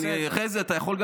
אחרי זה אתה יכול,